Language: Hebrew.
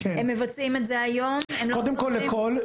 כן, אנחנו מספקים.